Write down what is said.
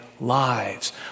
lives